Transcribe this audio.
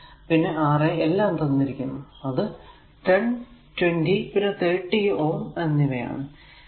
a a പിന്നെ R a എല്ലാം തന്നിരിക്കുന്നു അത് 10 20 പിന്നെ 30Ω എന്നിവ ആണ്